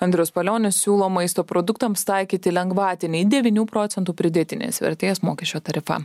andrius palionis siūlo maisto produktams taikyti lengvatinį devynių procentų pridėtinės vertės mokesčio tarifą